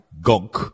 gunk